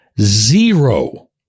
Zero